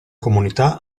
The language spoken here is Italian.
comunità